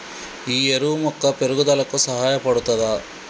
ఈ ఎరువు మొక్క పెరుగుదలకు సహాయపడుతదా?